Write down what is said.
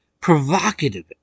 provocative